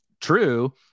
true